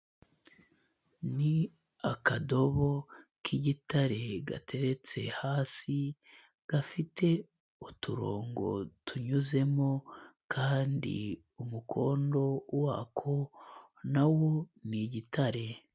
Ni akadobo k'igitare gateretse hasi, gafite uturongo tunyuzemo kandi umukondo wako na wo ni igitare.